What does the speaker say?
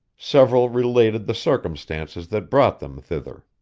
several related the circumstances that brought them thither.